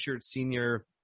senior